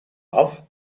love